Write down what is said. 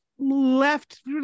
left